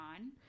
on